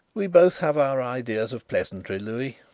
we both have our ideas of pleasantry, louis,